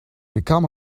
become